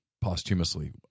posthumously